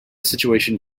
situation